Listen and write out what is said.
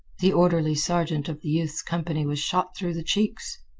the orderly sergeant of the youth's company was shot through the cheeks.